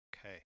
Okay